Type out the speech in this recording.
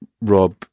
Rob